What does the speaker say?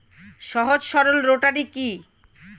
সহজ সরল রোটারি কি?